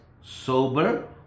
sober